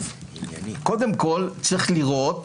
קודם כול, צריך לראות